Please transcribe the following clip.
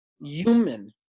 human